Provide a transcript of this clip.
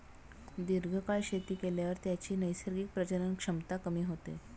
दीर्घकाळ शेती केल्यावर त्याची नैसर्गिक प्रजनन क्षमता कमी होते